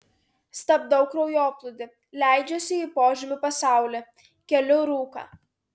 stabdau kraujoplūdį leidžiuosi į požemių pasaulį keliu rūką